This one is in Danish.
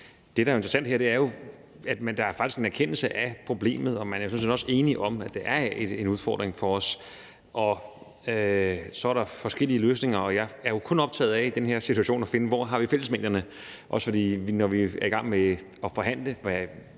Det, der er interessant her, er jo, at der faktisk er en erkendelse af problemet, og man er sådan set også enige om, at det er en udfordring for os. Så er der forskellige løsninger, og jeg er jo i den her situation kun optaget af at finde ud af, hvor vi har fællesmængderne, og når vi er i gang med at forhandle – vores